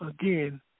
Again